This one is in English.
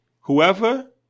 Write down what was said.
whoever